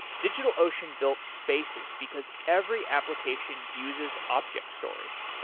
digitalocean built spaces, because every application uses objects storage.